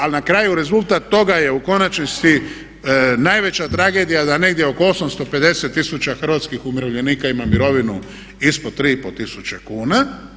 A na kraju rezultat toga je u konačnici najveća tragedija da negdje oko 850 000 hrvatskih umirovljenika ima mirovinu ispod 3 i pol tisuća kuna.